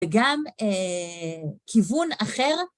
וגם כיוון אחר.